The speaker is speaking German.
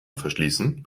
verschließen